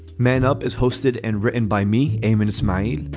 man up is hosted and written by me. aymond it's mine.